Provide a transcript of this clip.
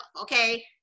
okay